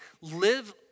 live